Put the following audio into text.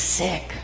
sick